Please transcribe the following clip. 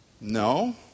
No